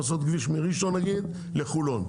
לעשות כביש מראשון לחולון,